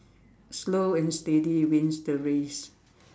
slow and steady wins the race